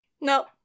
No